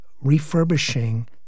refurbishing